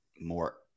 more